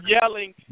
yelling